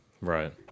Right